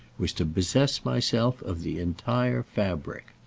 was to possess myself of the entire fabric.